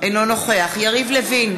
אינו נוכח יריב לוין,